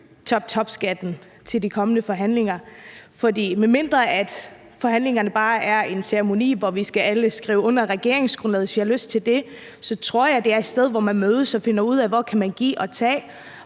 toptopskatten til de kommende forhandlinger? For medmindre forhandlingerne bare er en ceremoni, hvor vi alle skal skrive under på regeringsgrundlaget, hvis vi har lyst til at det, tror jeg, det er et sted, hvor man mødes og finder ud af, hvor man kan give og tage.